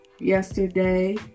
yesterday